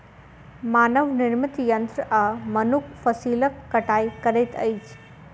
मानव निर्मित यंत्र आ मनुख फसिलक कटाई करैत अछि